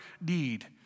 need